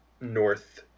North